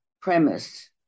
premise